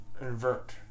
invert